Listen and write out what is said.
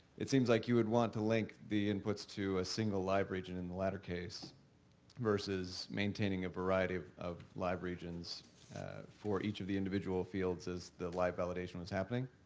it seems like you would want to link the inputs to a single live region in the latter case versus maintaining a variety of of live regions for each of the individual fields as the live validation was happening.